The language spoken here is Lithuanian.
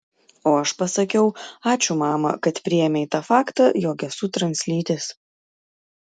o aš pasakiau ačiū mama kad priėmei tą faktą jog esu translytis